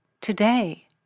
today